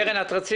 בבקשה, קרן ברק.